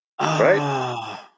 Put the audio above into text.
right